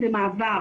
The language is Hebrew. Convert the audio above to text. במעבר,